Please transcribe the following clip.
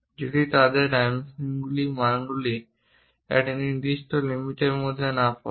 যদি তাদের ডাইমেনশনগুলি মানগুলির একটি নির্দিষ্ট লিমিটের মধ্যে না পড়ে